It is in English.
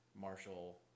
Marshall